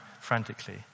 frantically